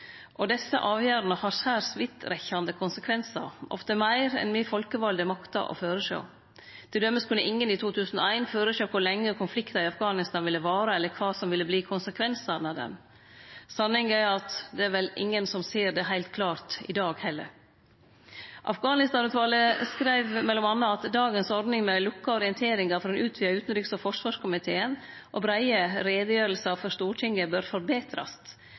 og desse avgjerdene har særs vidtrekkande konsekvensar, ofte meir enn me folkevalde maktar å føresjå. Til dømes kunne ingen i 2001 føresjå kor lenge konflikten i Afghanistan ville vare eller kva som ville verte konsekvensane av han. Sanninga er at det vel er ingen som ser det heilt klart i dag heller. Afghanistan-utvalet skreiv m.a. at dagens ordning med lukka orienteringar for den utvida utanriks- og forsvarskomiteen og breie utgreiingar for Stortinget bør forbetrast.